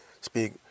speak